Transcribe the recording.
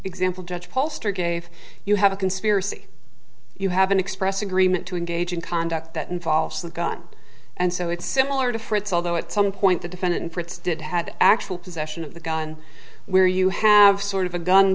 example judge poster gave you have a conspiracy you have an express agreement to engage in conduct that involves the gun and so it's similar to fritz although at some point the defendant fritz did have actual possession of the gun where you have sort of a gun